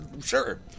Sure